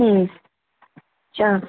হুম চা